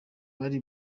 hari